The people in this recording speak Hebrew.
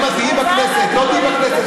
האם את תהיי בכנסת או לא תהיי בכנסת,